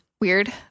weird